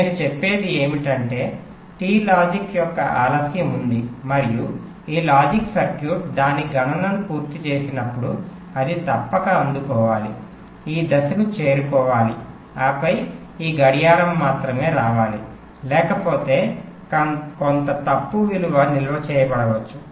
నేను చెప్పేది ఏమిటంటే టి లాజిక్ యొక్క ఆలస్యం ఉంది మరియు ఈ లాజిక్ సర్క్యూట్ దాని గణనను పూర్తి చేసినప్పుడు అది తప్పక అందుకోవాలి ఈ దశకు చేరుకోవాలి ఆపై ఈ గడియారం మాత్రమే రావాలి లేకపోతే కొంత తప్పు విలువ నిల్వ చేయబడవచ్చు